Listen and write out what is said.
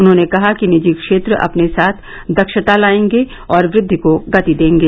उन्होंने कहा कि निजी क्षेत्र अपने साथ दक्षता लाएंगे और वृद्धि को गति देंगे